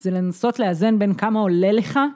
זה לנסות לאזן בין כמה עולה לך.